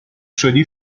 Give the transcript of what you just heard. شدی